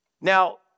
Now